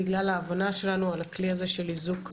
בגלל ההבנה שלנו על הכלי הזה של איזוק אלקטרוני,